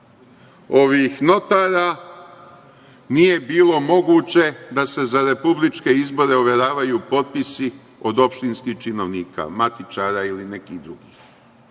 ovih notara nije bilo moguće da se za republičke izbore overavaju potpisi kod opštinskih činovnika, matičara ili nekih drugih.